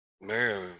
man